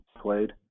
played